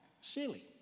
silly